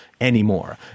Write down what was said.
anymore